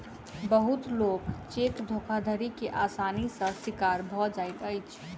बहुत लोक चेक धोखाधड़ी के आसानी सॅ शिकार भ जाइत अछि